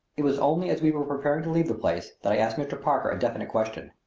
it was only as we were preparing to leave the place that i asked mr. parker a definite question.